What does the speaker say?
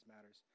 matters